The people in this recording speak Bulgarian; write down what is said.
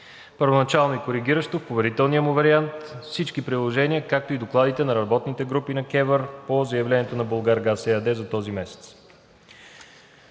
първоначално и коригиращо в поверителния му вариант, с всички приложения, както и докладите на работните групи на КЕВР по заявлението на „Булгаргаз“ ЕАД за този месец.